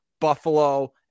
Buffalo